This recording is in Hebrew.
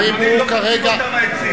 אולי אתה קוטף מהעצים.